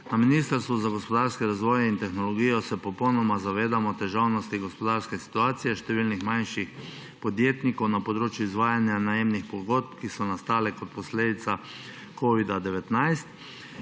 Na Ministrstvu za gospodarski razvoj in tehnologijo se popolnoma zavedamo težavnosti gospodarske situacije številnih manjših podjetnikov na področju izvajanja najemnih pogodb, ki so nastale kot posledica covida-19.